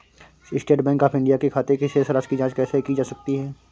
State bank of India के खाते की शेष राशि की जॉंच कैसे की जा सकती है?